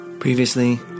Previously